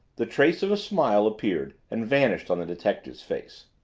the trace of a smile appeared and vanished on the detective's face.